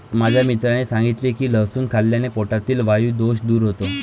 माझ्या मित्राने सांगितले की लसूण खाल्ल्याने पोटातील वायु दोष दूर होतो